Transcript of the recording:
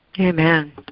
Amen